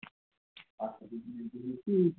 হুম